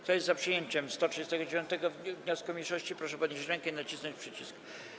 Kto jest za przyjęciem 139. wniosku mniejszości, proszę podnieść rękę i nacisnąć przycisk.